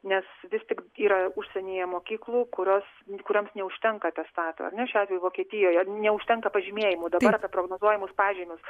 nes vis tik yra užsienyje mokyklų kurios kurioms neužtenka atestato ar ne šiuo atveju vokietijoje neužtenka pažymėjimų dabar prognozuojamus pažymius